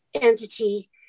entity